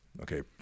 Okay